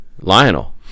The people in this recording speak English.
Lionel